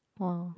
!wow!